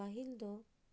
ᱯᱟᱹᱦᱤᱞ ᱫᱚ